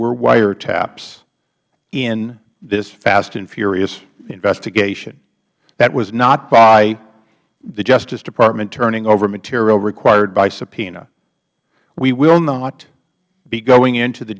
were wiretaps in this fast and furious investigation that was not by the justice department turning over material required by subpoena we will not be going into the